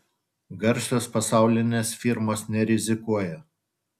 garsios pasaulinės firmos nerizikuoja